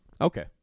Okay